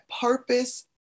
purpose